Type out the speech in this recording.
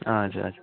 हजुर हजुर